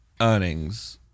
earnings